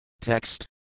Text